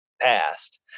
past